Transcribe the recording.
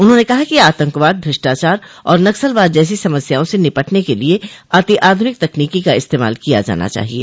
उन्होंने कहा कि आतंकवाद भ्रष्टाचार और नक्सलवाद जैसी समस्याओं से निपटने के लिये अति आधुनिक तकनीकी का इस्तेमाल किया जाना चाहिये